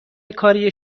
کاری